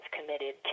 committed